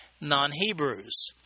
non-Hebrews